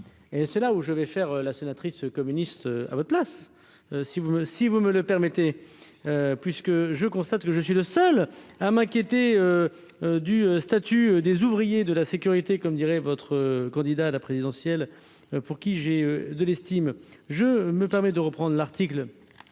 et c'est là où je vais faire la sénatrice communiste à votre place. Si vous me si vous me le permettez puisque je constate que je suis le seul à m'inquiéter du statut des ouvriers de la sécurité, comme dirait votre candidat à la présidentielle pour qui j'ai de l'estime, je me permets de reprendre l'article.